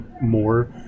more